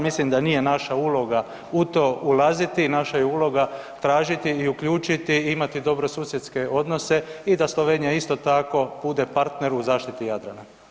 Mislim da nije naša uloga u to ulaziti, naša je uloga tražiti i uključiti i imati dobrosusjedske odnose i da Slovenija isto tako bude partner u zaštiti Jadrana.